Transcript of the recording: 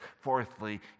Fourthly